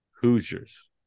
Hoosiers